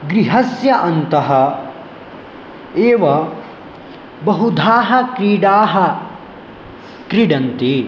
गृहस्य अन्तः एव बहुधा क्रीडाः क्रिडन्ति